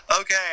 Okay